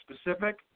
specific